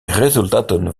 resultaten